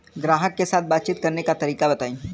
ग्राहक के साथ बातचीत करने का तरीका बताई?